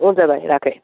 हुन्छ भाइ राखेँ